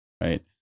right